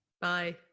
Bye